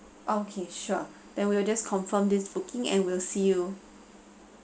okay sure then we will just confirm this booking and we'll see you